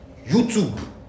YouTube